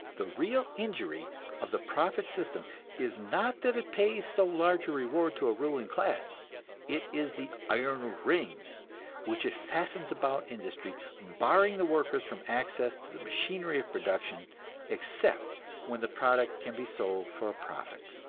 the real injury of the profit system is not that it pays so large a reward to a ruling class it is the iron ring which it fastens about industry, barring the workers from access to the machinery of production except when the product can be sold for a profit.